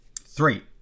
three